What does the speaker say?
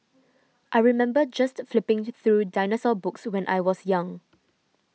I remember just flipping through dinosaur books when I was young